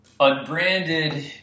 Unbranded